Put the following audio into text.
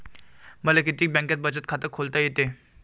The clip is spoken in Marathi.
मले किती बँकेत बचत खात खोलता येते?